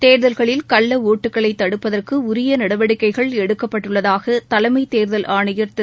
தோ்தல்களில் கள்ள ஒட்டுகளைத் தடுப்பதற்கு உரிய நடவடிக்கைகள் எடுக்கப்பட்டுள்ளதாக தலைமைத் தேர்தல் ஆணையர் திரு